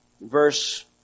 verse